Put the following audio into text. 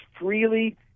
freely